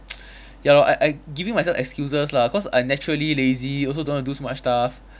ya lor I I giving myself excuses lah cause I naturally lazy also don't want do much stuff